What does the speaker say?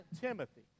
Timothy